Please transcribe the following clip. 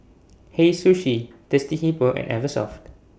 Hei Sushi Thirsty Hippo and Eversoft